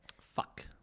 Fuck